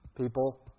people